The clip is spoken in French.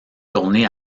tournée